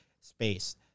space